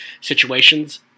situations